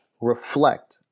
reflect